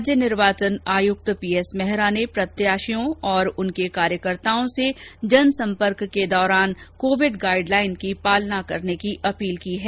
राज्य निर्वाचन आयुक्त पीएस मेहरा ने प्रत्याशियों और उनके कार्यकर्ताओं से जनसंपर्क के दौरान कोविड गाइड लाइन की पालना करने की अपील की है